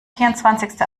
vierundzwanzigste